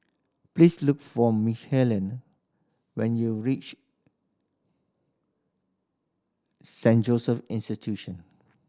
please look for Michelina when you reach Saint Joseph Institution